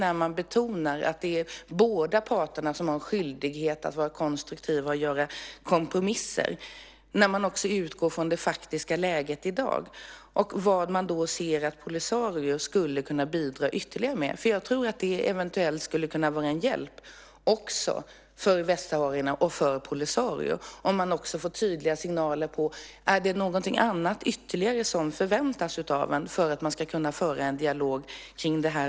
När man betonar att båda parterna har en skyldighet att vara konstruktiva och göra kompromisser tycker jag att det är viktigt att man också utgår från det faktiska läget i dag och vad man ser att Polisario skulle kunna bidra ytterligare med. För jag tror att det eventuellt skulle kunna vara en hjälp för västsaharierna och för Polisario om man också fick tydliga signaler att någonting ytterligare förväntas av en för att man ska kunna föra en dialog kring det här.